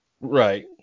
Right